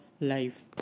life